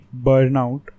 burnout